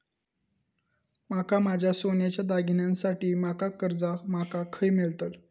माका माझ्या सोन्याच्या दागिन्यांसाठी माका कर्जा माका खय मेळतल?